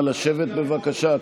נא לשבת, בבקשה.